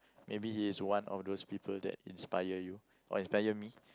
maybe he's one of those people that inspire you or inspire me